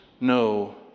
no